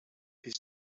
his